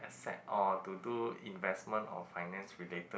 set or to do investment or finance related